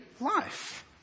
life